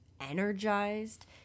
energized